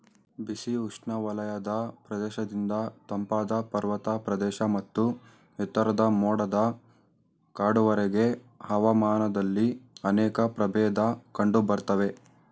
ಬಿಸಿ ಉಷ್ಣವಲಯದ ಪ್ರದೇಶದಿಂದ ತಂಪಾದ ಪರ್ವತ ಪ್ರದೇಶ ಮತ್ತು ಎತ್ತರದ ಮೋಡದ ಕಾಡುವರೆಗೆ ಹವಾಮಾನದಲ್ಲಿ ಅನೇಕ ಪ್ರಭೇದ ಕಂಡುಬರ್ತವೆ